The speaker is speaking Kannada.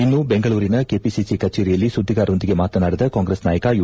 ಇನ್ನು ಬೆಂಗಳೂರಿನ ಕೆಪಿಸಿ ಕಚೇರಿಯಲ್ಲಿ ಸುದ್ದಿಗಾರರೊಂದಿಗೆ ಮಾತನಾಡಿದ ಕಾಂಗ್ರೆಸ್ ನಾಯಕ ಯು